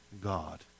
God